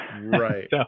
Right